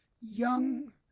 young